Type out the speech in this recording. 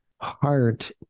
heart